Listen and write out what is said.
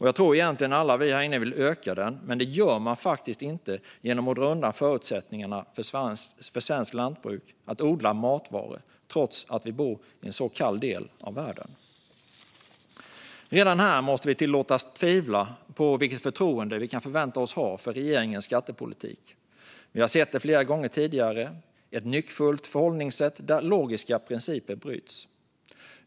Jag tror att vi alla här inne egentligen vill öka den, men det gör man faktiskt inte genom att dra undan förutsättningarna för svenskt lantbruk att odla matvaror i vår kalla del av världen. Redan här måste vi tillåtas tvivla på vilket förtroende vi kan förväntas ha för regeringens skattepolitik. Vi har sett det flera gånger tidigare: ett nyckfullt förhållningssätt där logiska principer bryts.